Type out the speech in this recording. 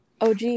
OG